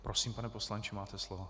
Prosím, pane poslanče, máte slovo.